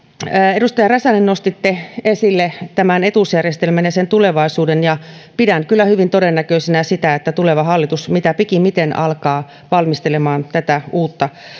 edustaja räsänen nostitte esille etuusjärjestelmän ja sen tulevaisuuden pidän kyllä hyvin todennäköisenä sitä että tuleva hallitus mitä pikimmiten alkaa valmistelemaan uutta